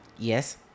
Yes